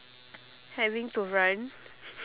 having to run